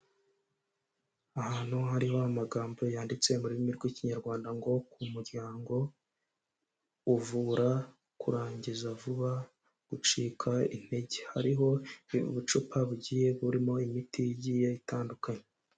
Ahantu hari amagambo yanditse mu ururimi rw'ikinyarwanda, ngo k'umuryango, uvura kurangiza vuba, gucika intege, hariho ubucupa bugiye burimo imiti igiye itandukanye.